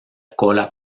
cola